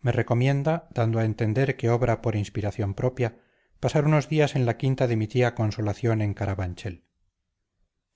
me recomienda dando a entender que obra por inspiración propia pasar unos días en la quinta de mi tía consolación en carabanchel